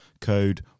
code